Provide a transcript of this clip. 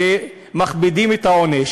שמכבידים את העונש,